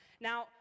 Now